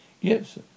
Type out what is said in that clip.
Yes